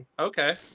Okay